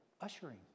ushering